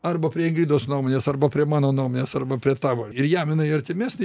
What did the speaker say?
arba prie ingridos nuomonės arba prie mano nuomonės arba prie tavo ir jam jinai artimesnė